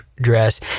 dress